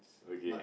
but